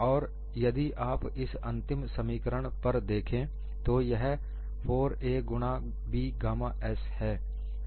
और यदि आप इस अंतिम समीकरण पर देखें तो यह 4a गुणा B गामा s है